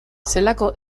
zelako